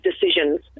decisions